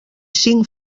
cinc